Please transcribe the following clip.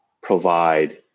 provide